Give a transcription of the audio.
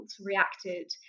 reacted